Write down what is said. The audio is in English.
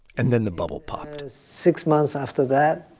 and then the bubble popped six months after that,